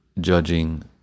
judging